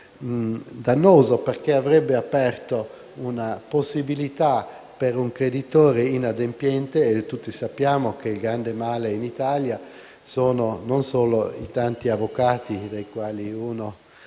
dannoso, perché avrebbe aperto a delle possibilità per i creditori inadempienti. Tutti sappiamo che il grande male in Italia sono non solo i tanti avvocati, dei quali uno